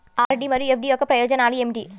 RD మరియు FD యొక్క ప్రయోజనాలు ఏమిటి?